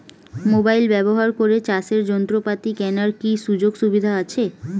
Mobile ব্যবহার করে চাষের যন্ত্রপাতি কেনার কি সুযোগ সুবিধা আছে?